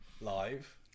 live